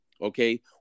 okay